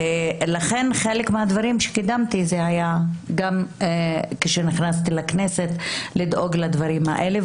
ולכן חלק מהדברים שקידמתי כשנכנסתי לכנסת היה לדאוג לדברים האלה,